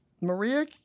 Maria